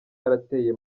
yarateye